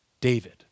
David